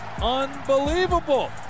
Unbelievable